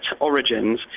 origins